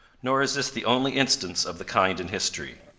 nor is this the only instance of the kind in history.